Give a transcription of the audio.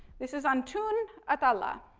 this is antun attallah,